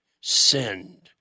send